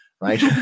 right